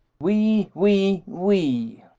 we, we, we!